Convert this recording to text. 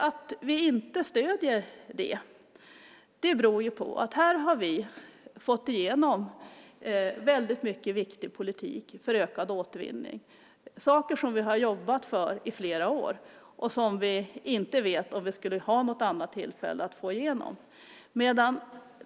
Att vi inte stöder det beror på att vi här har fått igenom väldigt mycket viktig politik för ökad återvinning, saker som vi har jobbat för i flera år och som vi inte vet om det skulle bli något annat tillfälle för oss att få igenom.